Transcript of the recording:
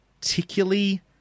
particularly